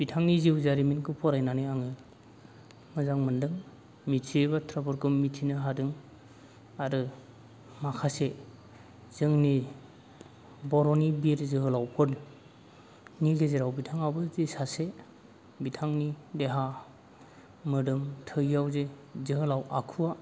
बिथांनि जिउ जारिमिनखौ फरायनानै आं मोजां मोन्दों मिथियै बाथ्राफोरखौ मिथिनो हादों आरो माखासे जोंनि बर'नि बीर जोहोलावफोरनि गेजेराव बिथाङाबो जे सासे बिथांनि देहा मोदोम थैयाव जे जोहोलाव आखुआ